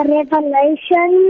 Revelation